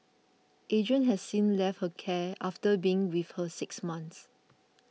Adrian has since left her care after being with her six months